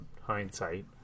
hindsight